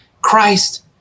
Christ